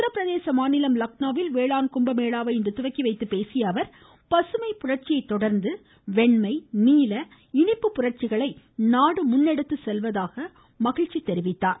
உத்தரபிரதேச மாநிலம் லக்னோவில் வேளாண் கும்ப மேளாவை இன்று துவக்கிவைத்து பேசிய அவர் பசுமை புரட்சியை தொடர்ந்து வெண்மை நீல இனிப்பு புரட்சிகளை நாடு முன்னெடுத்துச் செல்வதாக கூறினார்